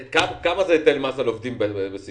כמה זה היטל מס על עובדים בסיעוד?